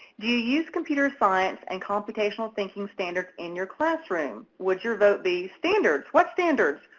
do you use computer science and computational thinking standards in your classroom? would your vote be, standards, what standards,